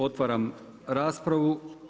Otvaram raspravu.